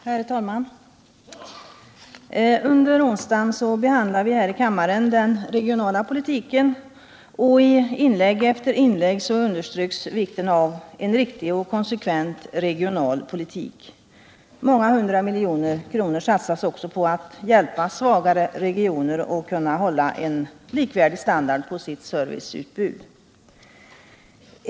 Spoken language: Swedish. Herr talman! Under onsdagen behandlade vi här i kammaren den regionala politiken, och i inlägg efter inlägg underströks vikten av en riktig och konsekvent regional politik. Många hundra miljoner kronor satsas också på att hjälpa svagare regioner att hålla en likvärdig standard på sitt serviceutbud.